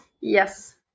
Yes